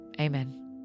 Amen